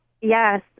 yes